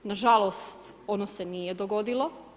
Nažalost, ono se nije dogodilo.